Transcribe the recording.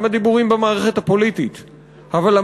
גם הדיבורים במערכת הפוליטית,